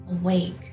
awake